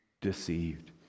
deceived